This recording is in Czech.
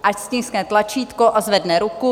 Ať stiskne tlačítko a zvedne ruku.